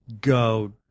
Go